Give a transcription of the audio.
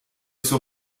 suo